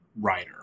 writer